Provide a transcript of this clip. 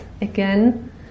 again